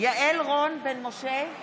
יעל רון בן משה,